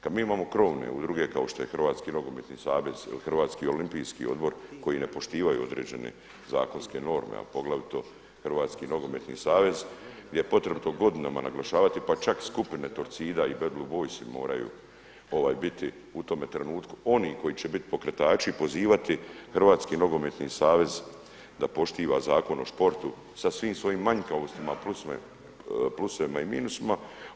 Kad mi imamo krovne udruge kao što je Hrvatski nogometni savez ili Hrvatski olimpijski odbor koji ne poštivaju određene zakonske norme, a poglavito Hrvatski nogometni savez gdje je potrebito godinama naglašavati, pa čak skupine Torcida i bad blue boysi moraju biti u tome trenutku oni koji će bit pokretači, pozivati Hrvatski nogometni savez da poštiva Zakon o športu sa svim svojim manjkavostima, plusevima i minusima.